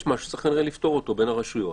יש משהו שצריך לפתור אותו בין הרשויות.